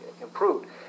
improved